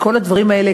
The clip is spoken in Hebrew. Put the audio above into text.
כל הדברים האלה,